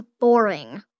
boring